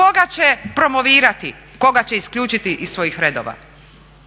koga će promovirati, koga će isključiti iz svojih redova.